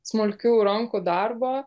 smulkių rankų darbo